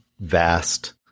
vast